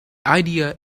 idea